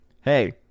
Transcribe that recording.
hey